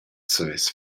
savess